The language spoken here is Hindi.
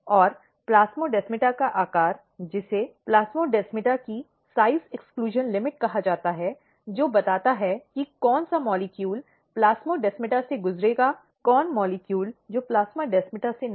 और प्लास्मोडेमाटा का आकार जिसे प्लास्मोडेमाटा की आकार अपवर्जन सीमा कहा जाता है जो बताता है कि कौन सा अणु प्लास्मोडेमाटा से गुजरेगा कौन अणु जो प्लास्मोडेमाटा से नहीं